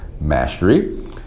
mastery